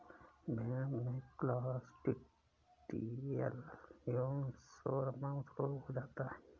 भेड़ में क्लॉस्ट्रिडियल एवं सोरमाउथ रोग हो जाता है